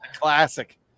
Classic